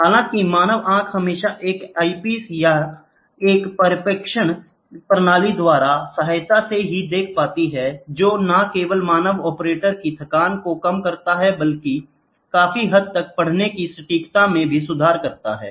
हालांकि मानव आंख हमेशा एक ऐपिस या एक प्रक्षेपण प्रणाली द्वारा सहायता से ही देख पाती है जो न केवल मानव ऑपरेटर की थकान को कम करता है बल्कि काफी हद तक पढ़ने की सटीकता में भी सुधार करता है